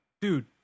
Dude